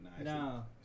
No